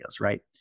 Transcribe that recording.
right